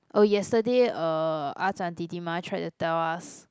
oh yesterday uh Ahzan Titimah tried to tell us